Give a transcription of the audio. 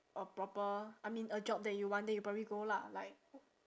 a proper I mean a job that you want then you probably go lah like